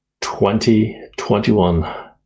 2021